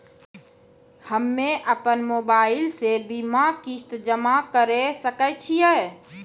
हम्मे अपन मोबाइल से बीमा किस्त जमा करें सकय छियै?